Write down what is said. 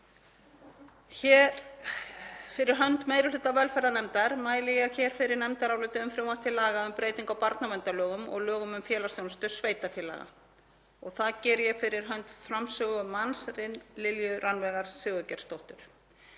Hér fyrir hönd meiri hluta velferðarnefndar mæli ég fyrir nefndaráliti um frumvarp til laga um breytingu á barnaverndarlögum og lögum um félagsþjónustu sveitarfélaga og það geri ég fyrir hönd framsögumanns, Lilju Rannveigar Sigurgeirsdóttur.